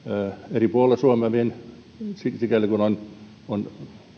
eri puolilla suomea sikäli kun näihin on